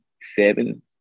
seven